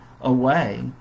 away